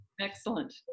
Excellent